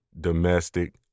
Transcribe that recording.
domestic